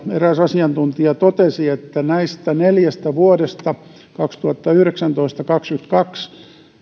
eräs asiantuntija totesi että näistä neljästä vuodesta kaksituhattayhdeksäntoista viiva kaksikymmentäkaksi